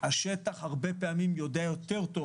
- השטח הרבה פעמים יודע יותר טוב